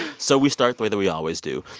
so we start the way that we always do.